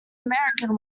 american